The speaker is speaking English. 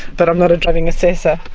but i'm not a driving assessor.